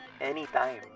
anytime